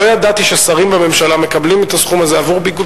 לא ידעתי ששרים בממשלה מקבלים את הסכום הזה עבור ביגוד,